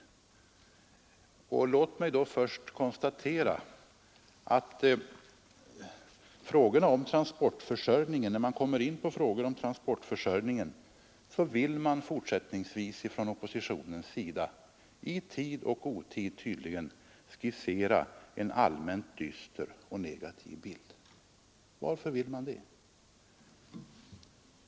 Låt mig först konstatera, att i debatten om transportförsörjningen vill oppositionen i tid och otid tydligen skissera en allmänt dyster och negativ framtidsbild. Varför vill man det?